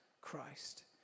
Christ